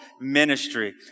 ministry